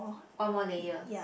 one more layer